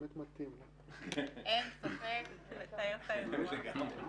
היא ירדה.